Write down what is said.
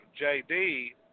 JD